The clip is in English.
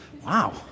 Wow